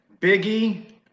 Biggie